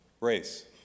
race